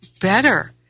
better